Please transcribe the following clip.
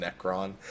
Necron